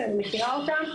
שאני מכירה אותן,